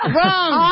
Wrong